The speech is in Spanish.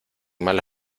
mala